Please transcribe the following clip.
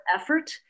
effort